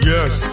Yes